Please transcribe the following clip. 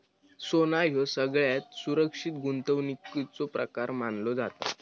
सोना ह्यो सगळ्यात सुरक्षित गुंतवणुकीचो प्रकार मानलो जाता